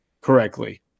correctly